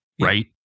right